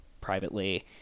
privately